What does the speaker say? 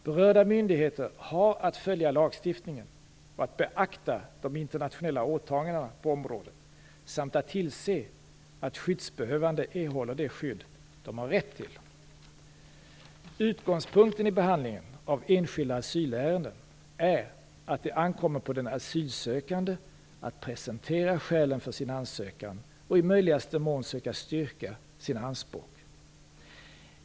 Berörda myndigheter har att följa lagstiftningen och att beakta de internationella åtagandena på området samt att tillse att skyddsbehövande erhåller det skydd de har rätt till. Utgångspunkten i behandlingen av enskilda asylärenden är att det ankommer på den asylsökande att presentera skälen för sin ansökan och i möjligaste mån söka styrka sina anspråk.